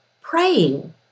praying